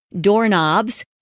doorknobs